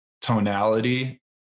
tonality